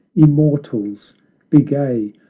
immortals be gay,